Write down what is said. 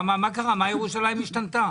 ירושלים השתנתה?